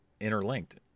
interlinked